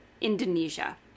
Indonesia